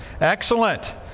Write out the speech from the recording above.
Excellent